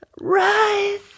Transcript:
Rise